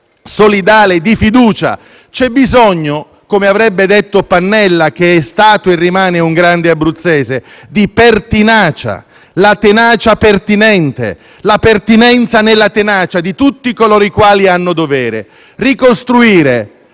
solidale e la fiducia. Come avrebbe detto Pannella, che è stato e rimane un grande abruzzese, c'è bisogno di pertinacia - la tenacia pertinente, la pertinenza nella tenacia - di tutti coloro i quali hanno dovere. Ricostruire